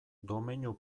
domeinu